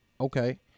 Okay